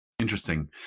Interesting